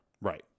Right